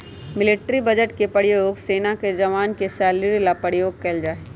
military budget के प्रयोग सेना के जवान के सैलरी ला प्रयोग कइल जाहई